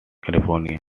california